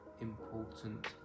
important